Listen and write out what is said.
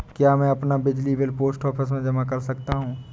क्या मैं अपना बिजली बिल पोस्ट ऑफिस में जमा कर सकता हूँ?